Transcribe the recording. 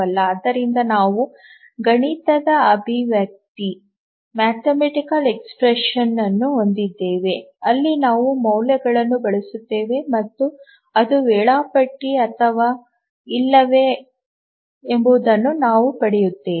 ಇದಲ್ಲದೆ ನಾವು ಗಣಿತದ ಅಭಿವ್ಯಕ್ತಿಯನ್ನು ಹೊಂದಿದ್ದೇವೆ ಅಲ್ಲಿ ನಾವು ಮೌಲ್ಯಗಳನ್ನು ಬದಲಿಸುತ್ತೇವೆ ಮತ್ತು ಅದು ವೇಳಾಪಟ್ಟಿ ಅಥವಾ ಇಲ್ಲವೇ ಎಂಬುದನ್ನು ನಾವು ಪಡೆಯುತ್ತೇವೆ